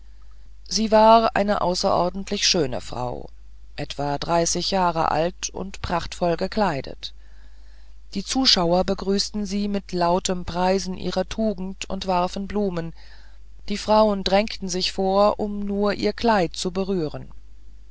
sie war eine außerordentlich schöne frau etwa dreißig jahr alt und prachtvoll gekleidet die zuschauer begrüßten sie mit lautem preisen ihrer tugend und warfen blumen die frauen drängten sich vor um nur ihr kleid zu berühren